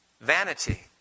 vanity